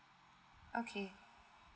okay